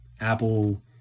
Apple